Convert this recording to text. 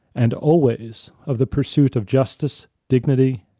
and always of the pursuit of justice, dignity,